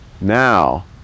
now